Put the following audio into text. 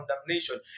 condemnation